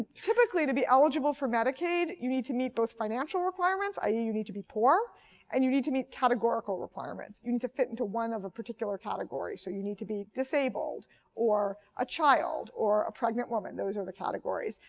typically to be eligible for medicaid, you need to meet both financial requirements i e, you need to be poor and you need to meet categorical requirements. you need to fit into one of the particular categories. so you need to be disabled or a child or a pregnant woman those are the categories.